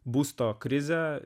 būsto krizę